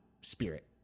Spirit